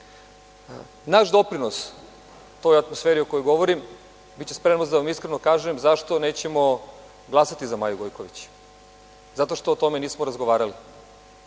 doprinos toj atmosferi o kojoj govorim biće spremnost da vam iskreno kažem zašto nećemo glasati za Maju Gojković. Zato što o tome nismo razgovarali.